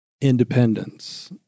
independence